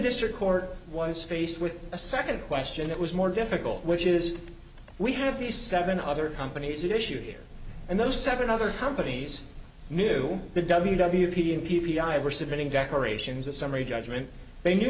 district court was faced with a second question that was more difficult which is we have these seven other companies issued here and those seven other companies knew the w w p n p p i were submitting decorations of summary judgment they knew